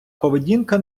поведінка